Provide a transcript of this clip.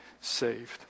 saved